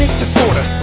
Disorder